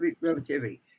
relativity